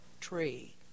tree